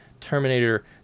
Terminator